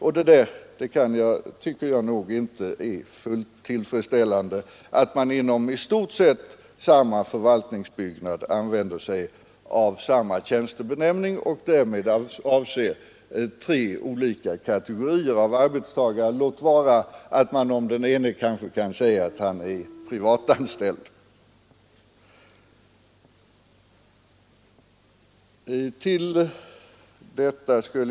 Jag tycker inte att det kan vara tillfredsställande att man inom i stort sett samma förvaltningsbyggnad använder samma tjänstebenämning och därmed avser tre olika kategorier av arbetstagare, låt vara att man om den ene kanske kan säga att han är privatanställd.